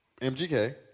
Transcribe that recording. MGK